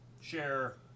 share